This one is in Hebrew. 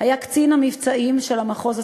היה קצין המבצעים של המחוז הצפוני.